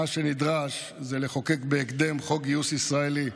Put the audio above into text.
מה שנדרש הוא לחוקק בהקדם חוק גיוס ישראלי,